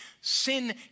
Sin